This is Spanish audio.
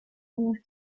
aguas